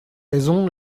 raison